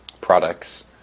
products